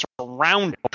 surrounded